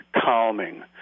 calming